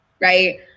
right